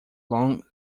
long